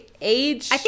age